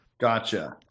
Gotcha